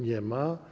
Nie ma.